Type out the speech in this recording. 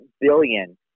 billion